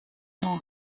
sont